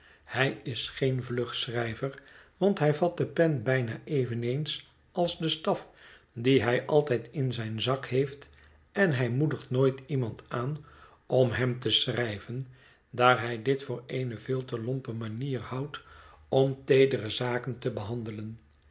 hij is geen vlug schrijver want hij vat de pen bijna eveneens als den staf dien hij altijd in zijn zak heeft en hij moedigt nooit iemand aan om hem te schrijven daar hij dit voor eene veel te lompe manier houdt om teedere zaken te behandelen